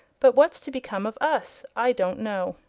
but what's to become of us, i don't know.